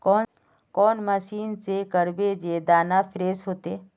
कौन मशीन से करबे जे दाना फ्रेस होते?